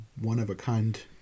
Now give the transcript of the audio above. one-of-a-kind